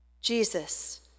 Jesus